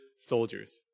soldiers